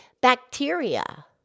bacteria